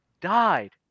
died